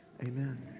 amen